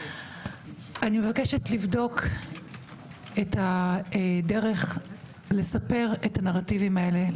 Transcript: אני מבקשת לבדוק את הדרך לספר את הנרטיבים האלה,